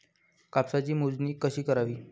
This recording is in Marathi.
कापसाची मोजणी कशी करावी?